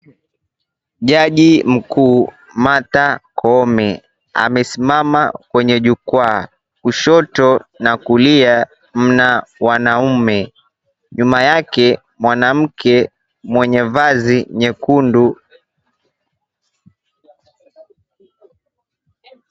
Jaji mkuu Martha Koome amesimama kwenye jukwaa, kushoto na kulia mna wanaume. Nyuma yake mwanamke mwenye vazi nyekundu.